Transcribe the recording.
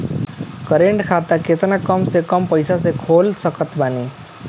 Current खाता केतना कम से कम पईसा से खोल सकत बानी?